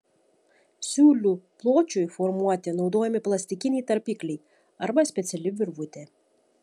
siūlių pločiui formuoti naudojami plastikiniai tarpikliai arba speciali virvutė